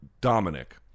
Dominic